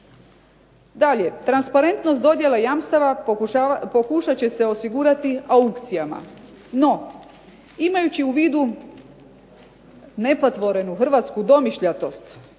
Dalje, transparentnost dodjele jamstava pokušat će se osigurati aukcijama. No, imajući u vidu nepatvorenu hrvatsku domišljatost